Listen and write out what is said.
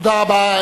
תודה רבה.